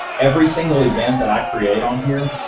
every single event that i create on here,